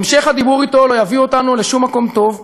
המשך הדיבור אתו לא יביא אותנו לשום מקום טוב,